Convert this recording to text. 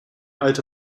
alte